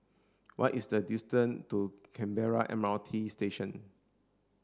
what is the distance to Canberra M R T Station